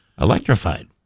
Electrified